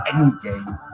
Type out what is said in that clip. Endgame